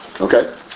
Okay